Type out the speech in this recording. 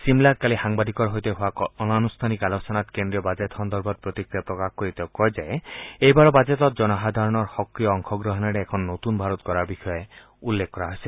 ছিমলাত কালি সাংবাদিকৰ সৈতে হোৱা অনানুঠানিক আলোচনাত কেন্দ্ৰীয় বাজেট সন্দৰ্ভত প্ৰতিক্ৰিয়া প্ৰকাশ কৰি তেওঁ কয় যে এইবাৰৰ বাজেটত জনসাধাৰণৰ সক্ৰিয় অংশগ্ৰহণেৰে এখন নতূন ভাৰত গঢ়াৰ বিষয়ে উল্লেখ কৰা হৈছে